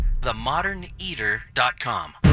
themoderneater.com